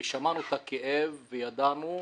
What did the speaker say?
ושמענו את הכאב וידענו.